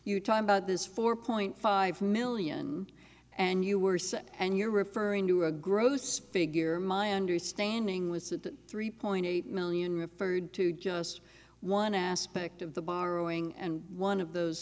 you talked about this four point five million and you were saying and you're referring to a gross figure my understanding was that three point eight million referred to just one aspect of the borrowing and one of those